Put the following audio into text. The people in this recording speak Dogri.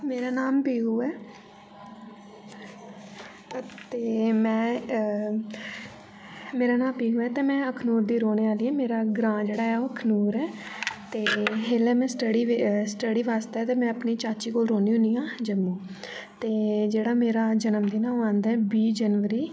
मेरा नाम पीहू ऐ ते में मेरा नाम पीहू ऐ ते में अखनूर दी रौह्ने आह्ली ऐं ते मेरा ग्रांऽ जेह्ड़ा ऐ ओह् अखनूर ऐ ते हेलेन स्टडी बास्तै में अपनी चाची कोल रौह्नी होनी आं जम्मू ते जेह्ड़ा मेरा जन्म दिन ऐ ओह् औंदा ऐ बीह् जनवरी